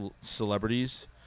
celebrities